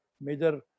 major